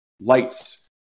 lights